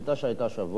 מישהו שענה,